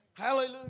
hallelujah